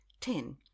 Ten